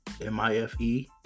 M-I-F-E